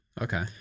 Okay